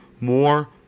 more